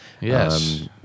Yes